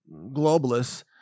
globalists